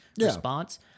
response